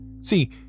See